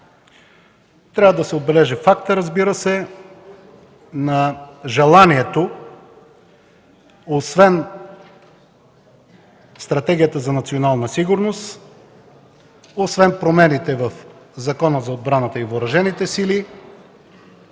Трябва да се отбележи фактът, разбира се, на желанието, освен Стратегията за национална сигурност, освен промените в Закона за отбраната и въоръжените сили,